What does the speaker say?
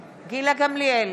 גמליאל,